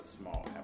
small